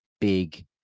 big